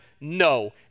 no